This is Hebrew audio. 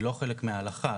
והיא לא חלק מההלכה,